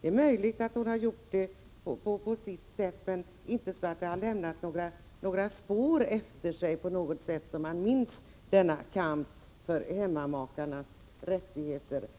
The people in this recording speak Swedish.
Det är möjligt att hon har gjort det på sitt sätt, men hon har inte gjort det så att det har lämnat några spår efter sig på så sätt att man minns denna kamp för hemmamakarnas rätt